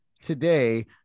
today